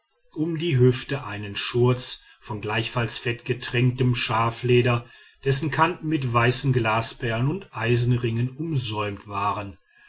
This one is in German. um die hüften einen schurz von gleichfalls fettgetränktem schafleder dessen kanten mit weißen glasperlen und eisenringen umsäumt waren